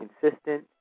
consistent